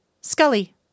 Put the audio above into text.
Scully